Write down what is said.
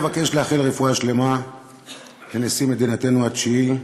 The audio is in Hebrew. אבקש לאחל רפואה שלמה לנשיא מדינתנו התשיעי,